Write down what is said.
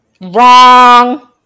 Wrong